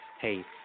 hey